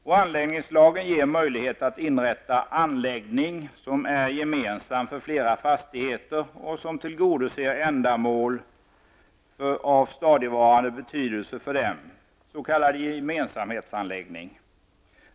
Denna lag ger möjlighet att inrätta anläggning som är gemensam för flera fastigheter och som tillgodoser ändamål av stadigvarande betydelse för dem, s.k. gemensamhetsanläggning.